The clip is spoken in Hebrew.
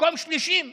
מקום שלישי בדוחות,